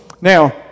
Now